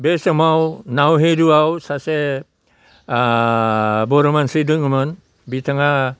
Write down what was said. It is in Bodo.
बे समाव नावहेरुआव सासे बर' मानसि दङमोन बिथाङा